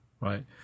Right